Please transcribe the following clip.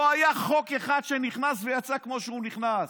לא היה חוק אחד של הממשלה שנכנס ויצא כמו שהוא נכנס.